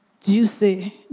juicy